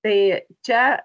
tai čia